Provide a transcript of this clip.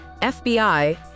FBI